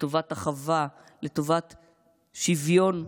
לטובת אחווה, לטובת שוויון,